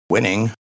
Winning